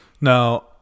Now